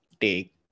take